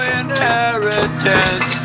inheritance